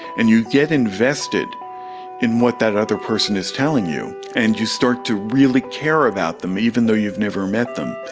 and you get invested in what that other person is telling you and you start to really care about them, even though you've never met them.